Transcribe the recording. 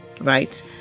Right